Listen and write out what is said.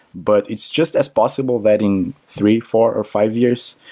but it's just as possible that in three, four or five years,